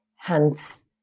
Hence